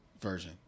version